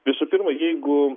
visų pirma jeigu